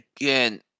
Again